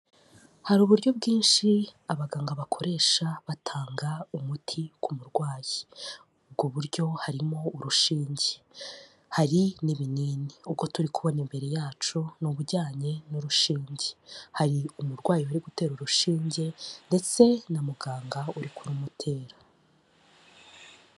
Hari uburyo bwinshi abaganga bakoresha batanga umuti ku murwayi. Ubwo buryo harimo urushinge, hari n'ibinini, ubwo turi kubona imbere yacu ni ubujyanye n'urushinge, hari umurwayi bari gutera urushinge ndetse na muganga uri kurumutera.